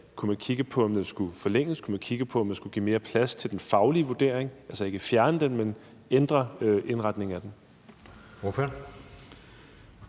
kunne kigge på, om den skulle forlænges, eller kigge på, om den skulle give mere plads til den faglige vurdering – altså ikke fjerne behandlingsgarantien, men ændre indretningen af den.